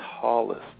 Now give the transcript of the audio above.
tallest